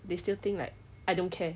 they still think like I don't care